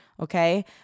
Okay